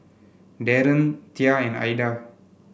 Darien Tia and Aida